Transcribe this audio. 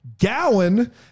gowan